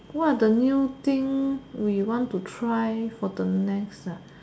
what are the new thing we want to try for the next ah